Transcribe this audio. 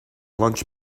launch